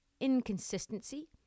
inconsistency